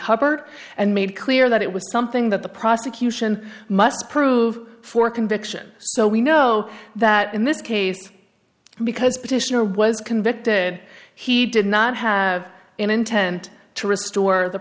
hubbard and made clear that it was something that the prosecution must prove for conviction so we know that in this case because petitioner was convicted he did not have an intent to restore the